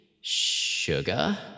Sugar